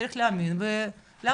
צריך להאמין ולהמשיך.